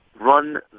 Run